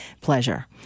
pleasure